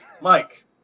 Mike